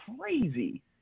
crazy